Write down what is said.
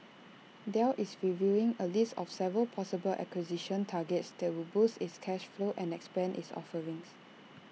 Dell is reviewing A list of several possible acquisition targets that would boost its cash flow and expand its offerings